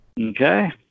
Okay